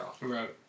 Right